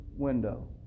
window